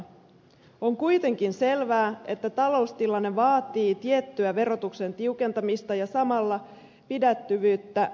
on kuitenkin selvää että taloustilanne vaatii tiettyä verotuksen tiukentamista ja samalla pidättyvyyttä menopuolella